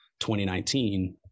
2019